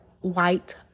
white